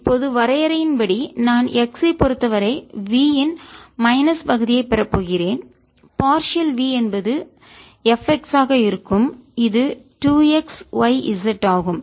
இப்போது வரையறையின்படி நான் x ஐப் பொறுத்தவரை v இன் மைனஸ் பகுதியைப் பெறப் போகிறேன் பார்சியல் v என்பது Fx ஆக இருக்கும் இது 2 x y z ஆகும்